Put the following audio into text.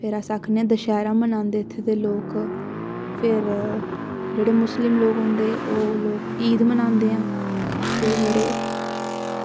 फिर अस आक्खने आं दशैह्रा मनांदे इत्थें दे लोक फिर जेह्ड़े मुस्लिम लोग होंदे ओह् लोग ईद मनांदे आं ते जेह्ड़े